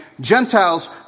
Gentiles